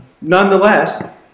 Nonetheless